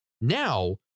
Now